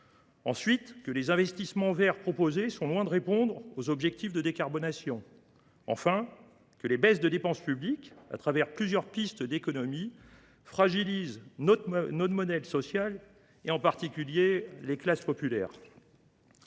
ensuite, que les investissements verts proposés sont loin de répondre aux objectifs de décarbonation ; enfin, que les baisses de dépenses publiques, à travers plusieurs pistes d’économies, fragilisent notre modèle social, en particulier pour les classes populaires.